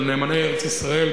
של "נאמני ארץ-ישראל",